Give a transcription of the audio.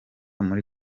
muri